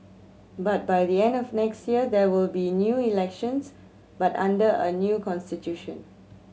but by the end of next year there will be new elections but under a new constitution